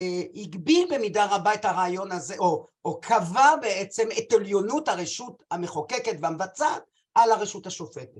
הגביר במידה רבה את הרעיון הזה או קבע בעצם את עליונות הרשות המחוקקת והמבצעת על הרשות השופטת